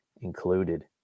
included